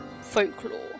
folklore